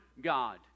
God